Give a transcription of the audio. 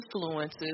influences